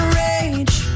rage